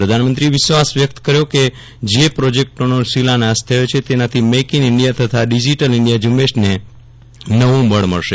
પ્રધાનમંત્રીએ વિશ્વાસ વ્યક્ત કર્યો હતો કે ગઈકાલે જે પ્રોજેક્ટોનો શિલાયન્સ થયો છે તેનાથી મેઇક ઇન ઇન્ડિયા તથા ડિજીટલ ઇન્ડિયા ઝૂંબેશને નવું બળ મળશે